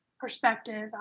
perspective